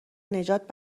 نجات